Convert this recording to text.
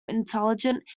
intelligent